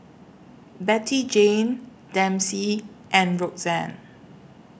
Bettyjane Dempsey and Roxann